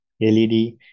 LED